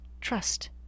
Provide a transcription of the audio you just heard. Trust